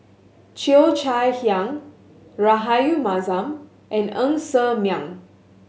Cheo Chai Hiang Rahayu Mahzam and Ng Ser Miang